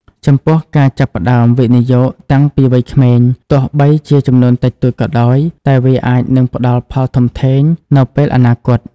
ចំពោះ ការចាប់ផ្តើមវិនិយោគតាំងពីវ័យក្មេង ទោះបីជាចំនួនតិចតួចក៏ដោយ តែវាអាចនឹងផ្តល់ផលធំធេងនៅពេលអនាគត។